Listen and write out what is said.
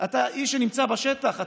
אתה איש שנמצא בשטח,